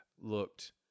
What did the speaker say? looked